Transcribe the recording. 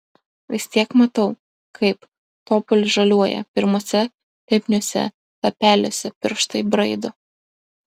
vis tiek matau kaip topolis žaliuoja pirmuose lipniuose lapeliuose pirštai braido